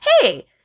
Hey